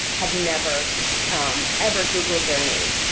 had never ever googled their name.